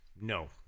no